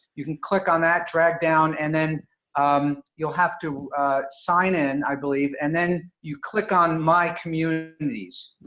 you can click on that, drag down, and then um you'll have to sign in, i believe, and then you click on my communities.